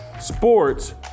Sports